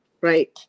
Right